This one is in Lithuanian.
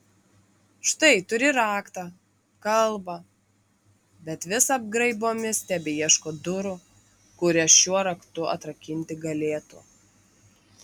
štai turi raktą kalbą bet vis apgraibomis tebeieško durų kurias šiuo raktu atrakinti galėtų